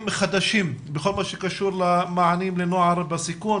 חדשים בכל מה שקשור למענים לנוער בסיכון,